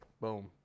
boom